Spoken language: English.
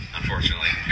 unfortunately